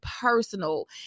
personal